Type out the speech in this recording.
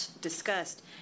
discussed